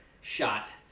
shot